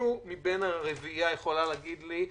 מישהו מבין הרביעייה יכול להגיד לי,